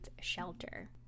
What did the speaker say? shelter